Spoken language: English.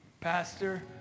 pastor